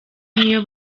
niyo